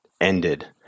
ended